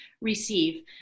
receive